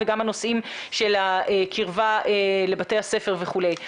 גם הנושאים של הקרבה לבתי הספר וכולי.